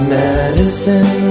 medicine